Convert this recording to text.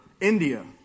India